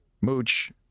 Mooch